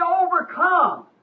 overcome